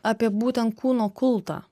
apie būtent kūno kultą